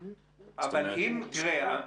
תראה,